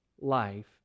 life